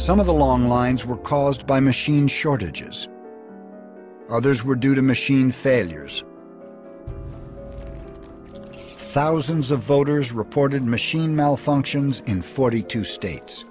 some of the long lines were caused by machine shortages others were due to machine failures thousands of voters reported machine malfunctions in forty two states